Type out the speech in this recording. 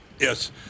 Yes